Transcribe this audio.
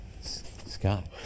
Scott